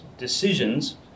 Decisions